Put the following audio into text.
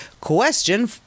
question